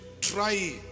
try